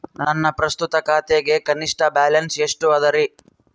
ನನ್ನ ಪ್ರಸ್ತುತ ಖಾತೆಗೆ ಕನಿಷ್ಠ ಬ್ಯಾಲೆನ್ಸ್ ಎಷ್ಟು ಅದರಿ?